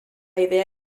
idea